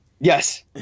Yes